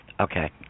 Okay